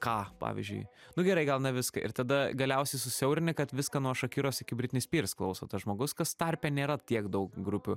ką pavyzdžiui nu gerai gal ne viską ir tada galiausiai susiaurini kad viską nuo šakiros iki britni spyrs klauso tas žmogus kas tarpe nėra tiek daug grupių